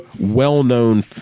well-known –